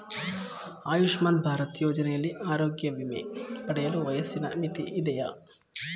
ಆಯುಷ್ಮಾನ್ ಭಾರತ್ ಯೋಜನೆಯಲ್ಲಿ ಆರೋಗ್ಯ ವಿಮೆ ಪಡೆಯಲು ವಯಸ್ಸಿನ ಮಿತಿ ಇದೆಯಾ?